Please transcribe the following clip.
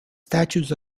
statues